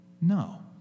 No